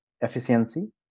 efficiency